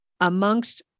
amongst